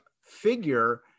figure